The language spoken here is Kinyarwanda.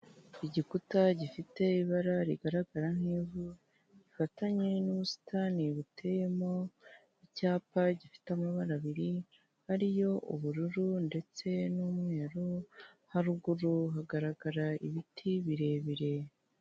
Igikuta gifite ibara rigaragara nk'ivu rifatanye n'ubusitani buteyemo icyapa gifite amabara abiri, ari yo ubururu ndetse n'umweru, haruguru hagaragara ibiti birebire.